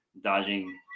dodging